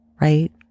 right